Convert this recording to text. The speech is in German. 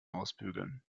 ausbügeln